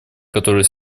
которые